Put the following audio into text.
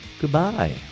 Goodbye